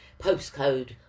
postcode